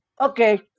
okay